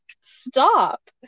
stop